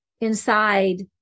inside